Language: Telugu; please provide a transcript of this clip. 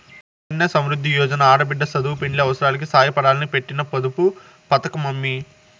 సుకన్య సమృద్ది యోజన ఆడబిడ్డ సదువు, పెండ్లి అవసారాలకి సాయపడాలని పెట్టిన పొదుపు పతకమమ్మీ